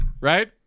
Right